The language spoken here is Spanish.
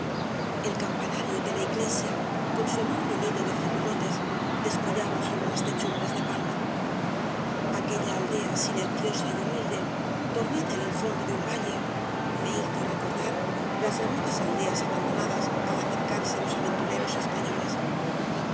el campanario de la iglesia con su enorme nido de zopilotes descollaba sobre las techumbres de palma aquella aldea silenciosa y humilde dormida en el fondo de un valle me hizo recordar las remotas aldeas abandonadas al acercarse los aventureros españoles